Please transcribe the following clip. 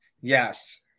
Yes